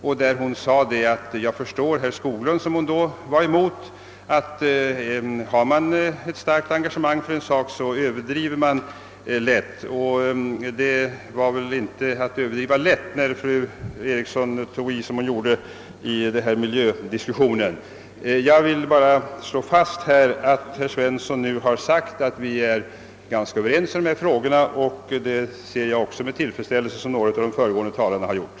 Då sade hon att hon förstod herr Skoglund — som hon den gången gick emot — eftersom man så lätt överdriver när man är starkt engagerad i en fråga. Men det var väl inte att överdriva lätt, när fru Eriksson tog i som hon gjorde i miljödebatten. Herr Svensson i Kungälv sade att vi nu är ganska överens i dessa frågor, och i likhet med några tidigare talare noterar jag det uttalandet med tillfreds